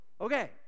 Okay